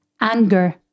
anger